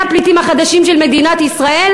אלה הפליטים החדשים של מדינת ישראל.